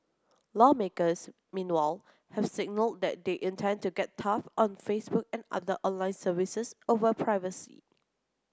lawmakers meanwhile have signalled that they intend to get tough on Facebook and other online services over privacy